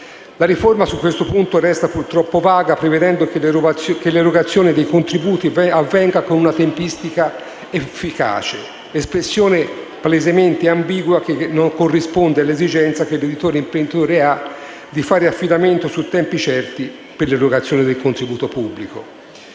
La riforma su questo punto resta purtroppo vaga, prevedendo che l'erogazione dei contributi avvenga con una tempistica «efficace». Espressione palesemente ambigua, che non corrisponde all'esigenza, che l'editore imprenditore ha, di fare affidamento su tempi certi per l'erogazione del contributo pubblico.